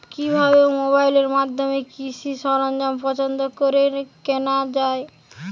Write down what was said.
কিভাবে মোবাইলের মাধ্যমে কৃষি সরঞ্জাম পছন্দ করে কেনা হয়?